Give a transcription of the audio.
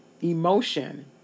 emotion